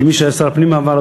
כמי שהיה שר הפנים בעבר,